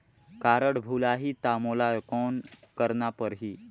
Card भुलाही ता मोला कौन करना परही?